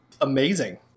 amazing